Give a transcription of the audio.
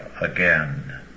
again